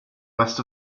west